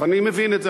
אני מבין את זה,